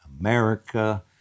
America